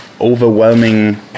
overwhelming